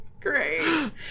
Great